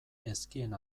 ezkien